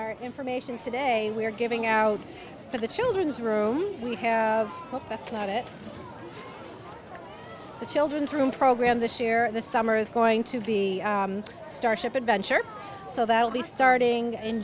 our information today we're giving out for the children's room we hope that's not it the children's room program this year the summer is going to be starship adventure so that will be starting in